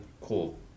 Cool